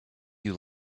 you